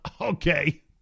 Okay